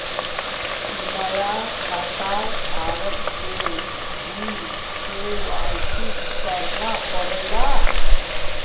नया खाताधारक के भी के.वाई.सी करना पड़ला